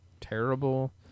terrible